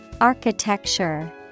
Architecture